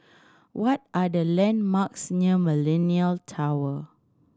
what are the landmarks near Millenia Tower